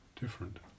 different